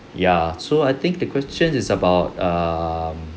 ya so I think the question is about um